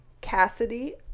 Cassidy